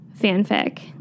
fanfic